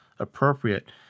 appropriate